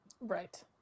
Right